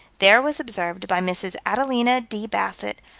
there was observed by mrs. adelina d. bassett,